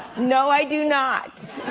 no i do not.